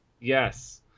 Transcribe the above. Yes